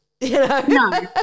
No